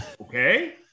okay